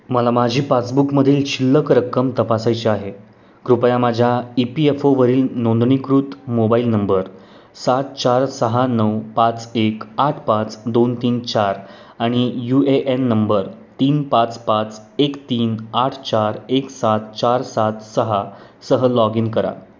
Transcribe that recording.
मला माझी पासबुकमधील शिल्लक रक्कम तपासायची आहे कृपया माझ्या ई पी एफ ओवरील नोंदणीकृत मोबाईल नंबर सात चार सहा नऊ पाच एक आठ पाच दोन तीन चार आणि यू ए एन नंबर तीन पाच पाच एक तीन आठ चार एक सात चार सात सहा सह लॉग इन करा